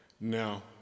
Now